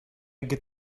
get